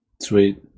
Sweet